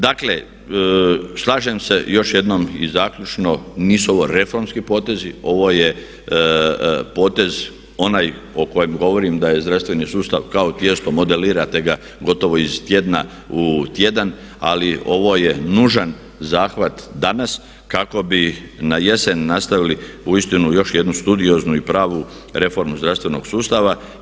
Dakle slažem se, još jednom i zaključno, nisu ovo reformski potezi, ovo je potez onaj o kojem govorim da je zdravstveni sustav, kao tijesto, modelirate ga gotovo iz tjedna u tjedan ali ovo je nužan zahvat danas kako bi na jesen nastavili uistinu još jednu studioznu i pravu reformu zdravstveno sustava.